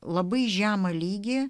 labai žemą lygį